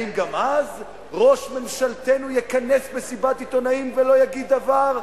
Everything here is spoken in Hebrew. האם גם אז ראש ממשלתנו יכנס מסיבת עיתונאים ולא יגיד דבר?